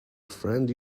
friend